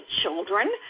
children